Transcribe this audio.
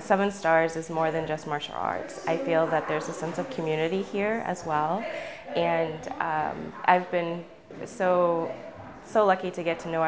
seven stars is more than just martial arts i feel that there's a sense of community here as well and i've been so so lucky to get to know